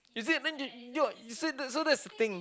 you see then you you no you see so that's the thing